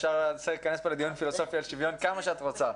אפשר להיכנס לדיון פילוסופי על שוויון כמה שאת רוצה.